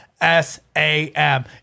S-A-M